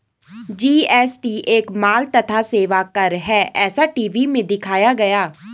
GST एक माल तथा सेवा कर है ऐसा टी.वी में दिखाया गया